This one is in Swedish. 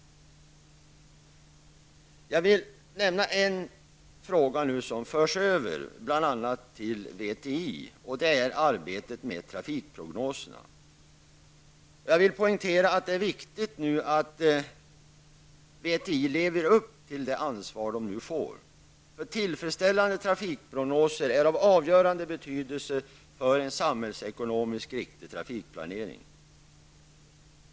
Arbetet med trafikprognoser förs över till VTI. Jag vill poängtera att det nu är viktigt att VTI lever upp till det ansvar man får. Tillfredsställande trafikprognoser har avgörande betydelse för en samhällsekonomiskt riktig trafikplanering.